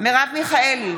מרב מיכאלי,